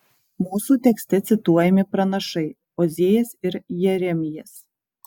mūsų tekste cituojami pranašai ozėjas ir jeremijas